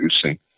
producing